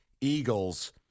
Eagles